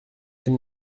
elle